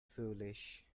foolish